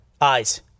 Eyes